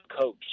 coach